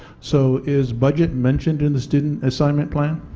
so is budget mentioned in the student assignment plan?